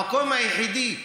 המקום היחידי,